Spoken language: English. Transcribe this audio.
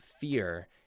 fear